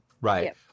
Right